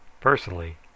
personally